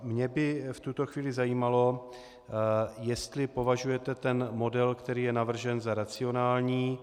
Mě by v tuto chvíli zajímalo, jestli považujete ten model, který je navržen, za racionální.